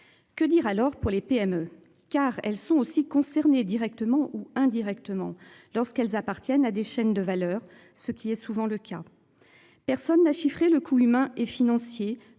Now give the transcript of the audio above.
Que dire alors pour les PME, car elles sont aussi concernées directement ou indirectement lorsqu'elles appartiennent à des chaînes de valeur, ce qui est souvent le cas. Personne n'a chiffré le coût humain et financier